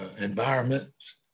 environments